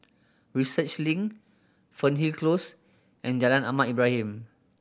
Research Link Fernhill Close and Jalan Ahmad Ibrahim